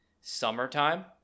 summertime